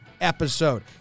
episode